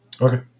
okay